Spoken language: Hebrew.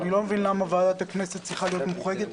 אני לא מבין למה ועדת הכנסת צריכה להיות מוחרגת.